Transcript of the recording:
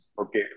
okay